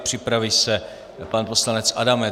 Připraví se pan poslanec Adamec.